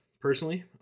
personally